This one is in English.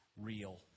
real